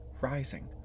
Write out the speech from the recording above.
rising